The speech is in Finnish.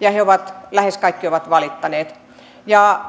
ja heistä lähes kaikki ovat valittaneet